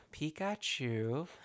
Pikachu –